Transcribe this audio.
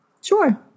Sure